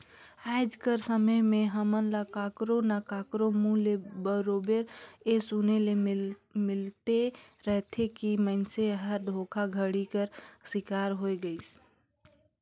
आएज कर समे में हमन ल काकरो ना काकरो मुंह ले बरोबेर ए सुने ले मिलते रहथे कि मइनसे हर धोखाघड़ी कर सिकार होए गइस